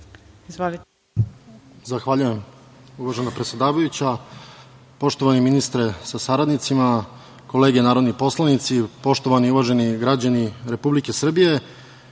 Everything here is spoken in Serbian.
Zahvaljujem, uvažena predsedavajuća. Poštovani ministre sa saradnicima, kolege narodni poslanici, poštovani i uvaženi građani Republike Srbije,